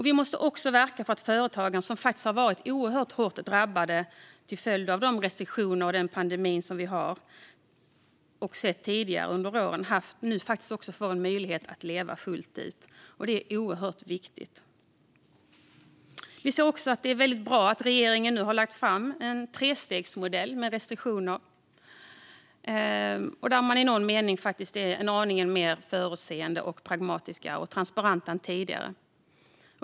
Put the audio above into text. Vi måste också verka för att företagare, som har varit hårt drabbade till följd av pandemi och restriktioner, får en möjlighet att leva fullt ut. Detta är oerhört viktigt. Det är bra att regeringen har tagit fram en trestegsmodell med restriktioner och därmed är en aning mer förutseende, pragmatisk och transparent än tidigare.